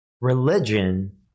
religion